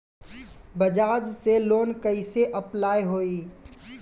बजाज से लोन कईसे अप्लाई होई?